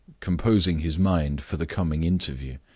composing his mind for the coming interview.